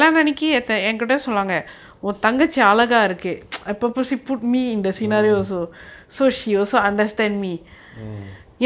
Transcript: mm mm